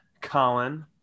Colin